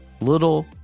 little